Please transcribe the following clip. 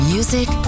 Music